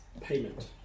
payment